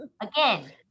Again